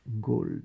gold